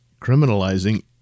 criminalizing